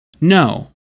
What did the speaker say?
No